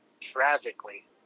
Tragically